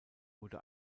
wurde